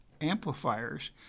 amplifiers